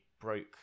broke